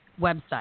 website